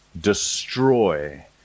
Destroy